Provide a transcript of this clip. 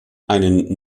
einen